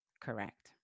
Correct